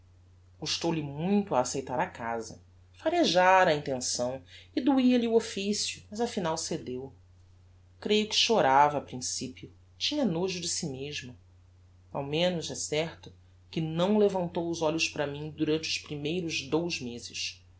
casa custou-lhe muito a aceitar a casa farejára a intenção e doia lhe o officio mas afinal cedeu creio que chorava a principio tinha nojo de si mesma ao menos é certo que não levantou os olhos para mim durante os primeiros dous mezes